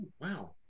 wow